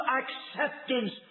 acceptance